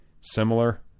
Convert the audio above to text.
similar